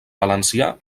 valencià